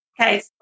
Okay